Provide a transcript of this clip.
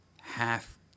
half